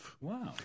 Wow